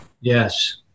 Yes